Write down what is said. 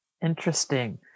Interesting